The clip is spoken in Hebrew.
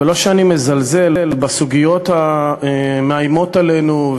ולא שאני מזלזל בסוגיות המאיימות עלינו,